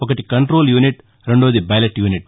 ఒకటి control unit రెండోది ballot unit